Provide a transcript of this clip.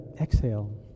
exhale